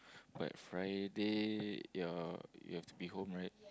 like Friday ya you have to be home right